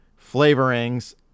flavorings